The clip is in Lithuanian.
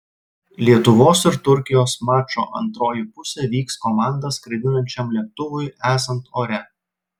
lietuvos ir turkijos mačo antroji pusė vyks komandą skraidinančiam lėktuvui esant ore